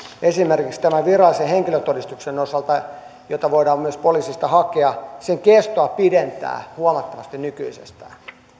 esimerkiksi tämän virallisen henkilötodistuksen jota voidaan myös poliisista hakea kestoa pidentää huomattavasti nykyisestä